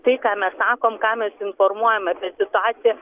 tai ką mes sakom ką mes informuojam apie situaciją